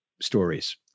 stories